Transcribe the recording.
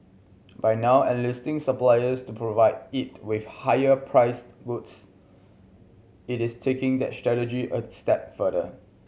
by now enlisting suppliers to provide it with higher priced goods it is taking that strategy a step further